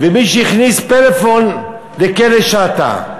ומישהו הכניס פלאפון לכלא שאטה,